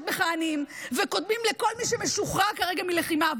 מכהנים וקודמים לכל מי שמשוחרר כרגע מלחימה.